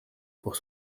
pour